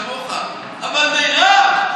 כמוך: אבל מרב,